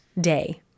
day